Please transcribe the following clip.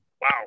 Wow